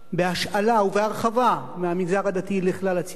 בהשאלה ובהרחבה מהמגזר הדתי לכלל הציבור,